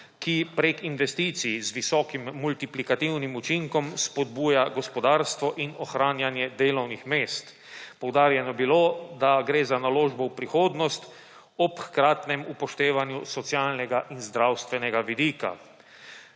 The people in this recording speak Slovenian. ki preko investicij z visokim multiplikativnim učinkom spodbuja gospodarstvo in ohranjanje delovnih mest. Poudarjeno je bilo, da gre za naložbo v prihodnost, ob hkratnem upoštevanju socialnega in zdravstvenega vidika.